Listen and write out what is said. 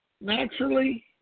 naturally